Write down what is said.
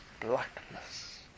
blackness